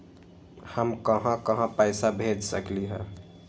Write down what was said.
हम कहां कहां पैसा भेज सकली ह?